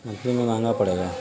متھلی میں مہنگا پڑے گا